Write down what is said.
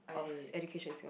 of education in Singapore